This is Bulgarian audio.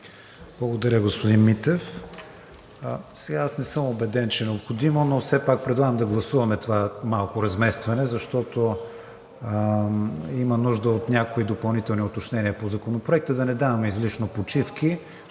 Благодаря, господин Митев. Аз не съм убеден, че е необходимо, но все пак предлагам да гласуваме това малко разместване, защото има нужда от някои допълнителни уточнения по Законопроекта. Да не даваме излишно почивки